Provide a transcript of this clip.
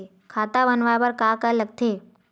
खाता बनवाय बर का का लगथे?